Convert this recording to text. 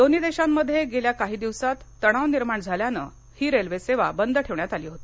दोन्ही देशांध्ये गेल्या काही दिवसात तणाव निर्माण झाल्यानं ही रेल्वे सेवा बंद ठेवण्यात आली होती